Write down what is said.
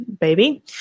baby